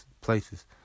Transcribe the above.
places